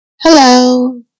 hello